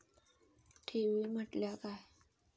ठेवी म्हटल्या काय?